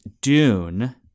Dune